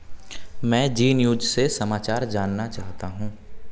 मैं Zee News से समाचार जानना चाहता हूँ